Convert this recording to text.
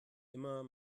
immer